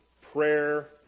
prayer